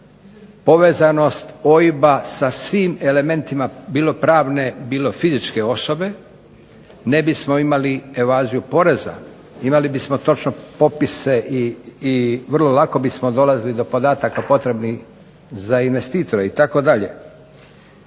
povezanost OIB-a sa svim elementima bilo pravne, bilo fizičke osobe, ne bismo imali evaziju poreza, imali bismo točno popise i vrlo lako bismo dolazili do podataka potrebnih za investitore itd. Dakle